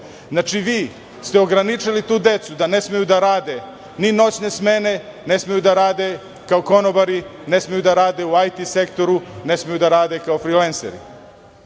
Znači, vi ste ograničili tu decu da ne smeju da rade ni noćne smene, ne smeju da rade kao konobari, ne smeju da rade u IT sektoru, ne smeju da rade kao